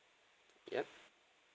yup